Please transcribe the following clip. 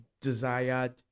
desired